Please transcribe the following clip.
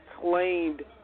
claimed